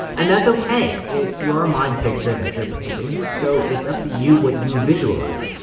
and that's ok. it's your mind picture that you're painting, so it's up to you what you visualize.